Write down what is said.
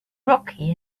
rocky